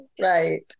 Right